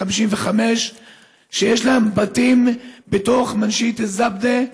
ו-55 שיש להם בתים בתוך מנשייה זבדה,